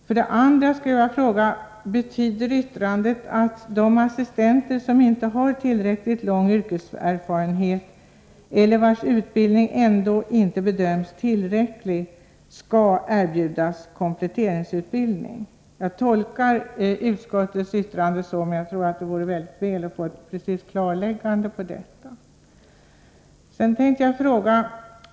För det andra skulle jag vilja fråga: Betyder yttrandet att de assistenter som inte har tillräckligt lång yrkeserfarenhet eller vars tidigare utbildning ändå inte bedöms tillräcklig skall erbjudas kompletteringsutbildning? Jag tolkar utskottets yttrande så, men jag tycker det vore bra om vi kunde få ett klarläggande på den punkten.